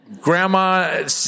grandma